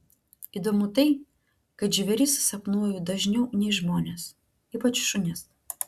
įdomu tai kad žvėris sapnuoju dažniau nei žmones ypač šunis